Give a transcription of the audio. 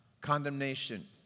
condemnation